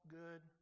good